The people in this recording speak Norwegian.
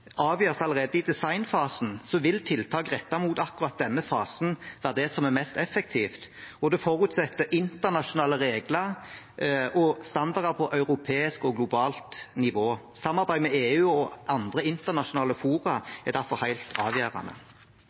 allerede avgjøres i designfasen, vil tiltak rettet mot akkurat denne fasen være det som er mest effektivt, og det forutsetter internasjonale regler og standarder på europeisk og globalt nivå. Samarbeid med EU og andre internasjonale fora er derfor helt avgjørende.